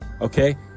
Okay